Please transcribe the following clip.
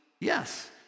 Yes